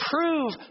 prove